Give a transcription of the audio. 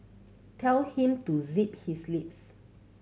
tell him to zip his lips